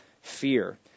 fear